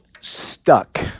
stuck